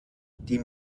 die